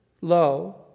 low